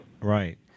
Right